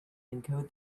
encode